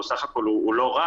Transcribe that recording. הוא לא רק.